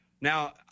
Now